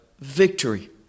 victory